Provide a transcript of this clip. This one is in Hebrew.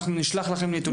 "אנחנו נשלח לכם נתונים".